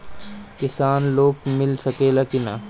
किसान लोन मिल सकेला कि न?